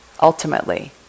ultimately